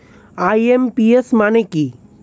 IMPS মানে কি?